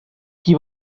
qui